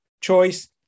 choice